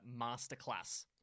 Masterclass